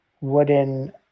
wooden